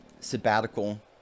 sabbatical